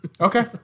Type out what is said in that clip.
Okay